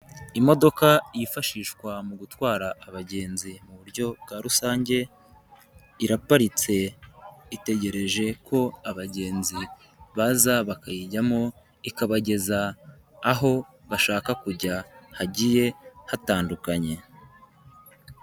Imodoka yifashishwa mu gutwara abagenzi mu buryo bwa rusange, iraparitse itegereje ko abagenzi baza bakayijyamo ikabageza aho bashaka kujya hagiye hatandukanye.